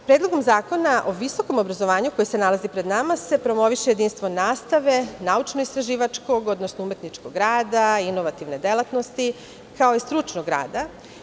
Predlogom zakona o visokom obrazovanju koji se nalazi pred nama se promoviše jedinstvo nastave, naučno-istraživačkog, odnosno umetničkog rada, inovativne delatnosti kao i stručnog rada.